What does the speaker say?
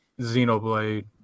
Xenoblade